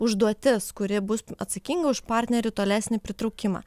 užduotis kuri bus atsakinga už partnerių tolesnį pritraukimą